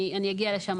אני אגיע לשם,